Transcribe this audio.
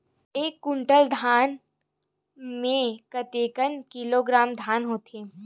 एक कुंटल धान में कतका किलोग्राम धान होथे?